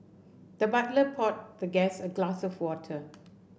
the butler poured the guest a glass of water